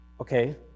Okay